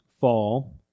fall